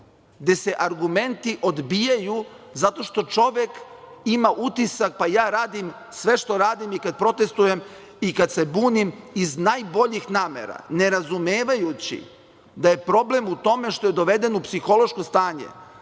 gde se argumenti odbijaju, zato što čovek ima utisak - pa, ja radim sve što radim i kad protestujem i kad se bunim, iz najboljih namera, ne razumevajući da je problem u tome što je doveden u psihološko stanje,